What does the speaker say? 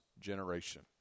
generation